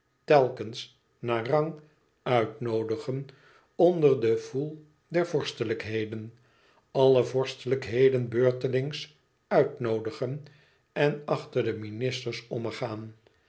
telkens naar rang uitnoodigen onder de foule der vorstelijkheden alle vorstelijkheden beurtelings uitnoodigen en achter de ministers ommegaan